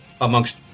amongst